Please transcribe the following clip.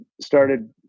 started